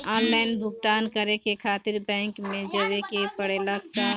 Online भुगतान करे के खातिर बैंक मे जवे के पड़ेला का?